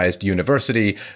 university